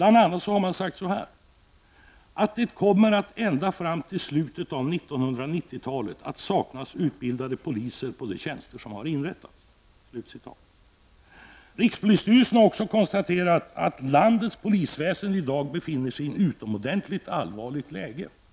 Man har bl.a. sagt att det ända fram till slutet av 1990-talet kommar att saknas utbildade poliser på de tjänster som har inrättats. Rikspolisstyrelsen har också konstaterat att landets polisväsende i dag befinner sig i ett utomordentligt allvarligt läge. Herr talman!